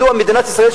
מדוע מדינת ישראל,